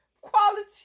quality